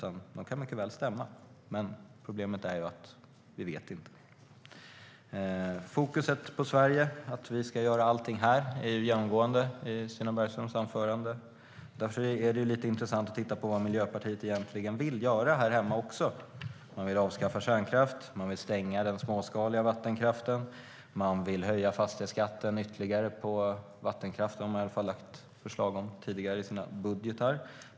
De kan mycket väl stämma, men problemet är att vi inte vet. Fokuset på Sverige, att vi ska göra allting här, är genomgående i Stina Bergströms anförande. Därför är det lite intressant att titta på vad Miljöpartiet egentligen vill göra här hemma. Man vill avskaffa kärnkraft. Man vill stänga den småskaliga vattenkraften. Man vill höja fastighetsskatten ytterligare på vattenkraft. Det har man i alla fall lagt fram förslag om tidigare i sina budgetar.